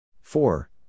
Four